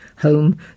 home